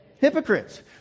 Hypocrites